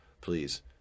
please